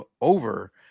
over